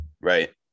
right